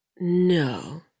No